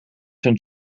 zijn